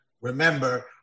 remember